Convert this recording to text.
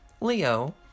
Leo